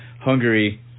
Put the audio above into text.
Hungary